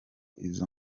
izo